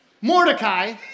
Mordecai